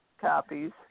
copies